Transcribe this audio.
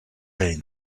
pain